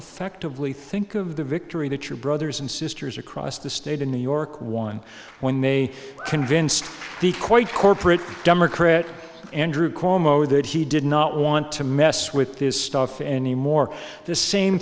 affectively think of the victory that your brothers and sisters across the state in new york won when they convinced the quite corporate democrat andrew cuomo that he did not want to mess with this stuff anymore the same